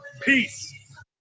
peace